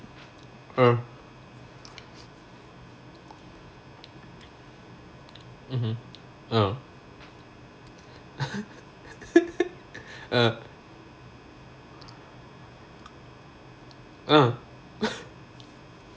uh mmhmm uh uh uh